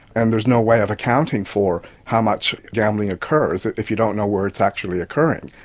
and there's no way of accounting for how much gambling occurs if you don't know where it's actually occurring.